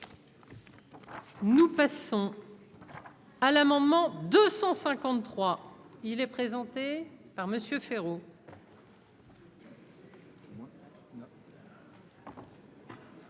Nous passons à l'amendement 253, il est présenté par Monsieur Féraud.